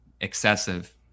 excessive